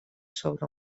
sobre